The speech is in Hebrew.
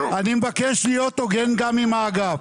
אני מבקש להיות הוגן גם עם האגף.